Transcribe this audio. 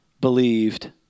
believed